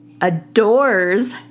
adores